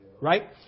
Right